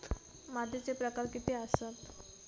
मातीचे प्रकार किती आसत?